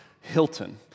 Hilton